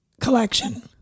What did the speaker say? collection